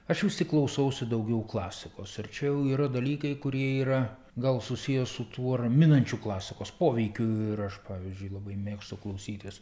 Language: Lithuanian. aš vis tik klausausi daugiau klasikos ir čia jau yra dalykai kurie yra gal susiję su tuo raminančiu klasikos poveikiu ir aš pavyzdžiui labai mėgstu klausytis